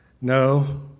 No